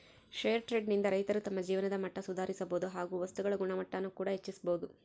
fair trade ನಿಂದ ರೈತರು ತಮ್ಮ ಜೀವನದ ಮಟ್ಟ ಸುಧಾರಿಸಬೋದು ಹಾಗು ವಸ್ತುಗಳ ಗುಣಮಟ್ಟಾನ ಕೂಡ ಹೆಚ್ಚಿಸ್ಬೋದು